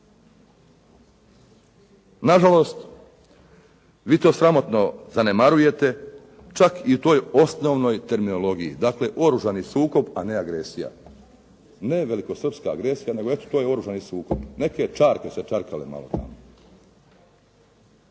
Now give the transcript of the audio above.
Nažalost, vi to sramotno zanemarujete, čak i u toj osnovnoj terminologiji, dakle oružani sukob a ne agresija. Ne velikosrpska agresija, nego eto to je oružani sukob. Neke čarke se čarkale malo tamo.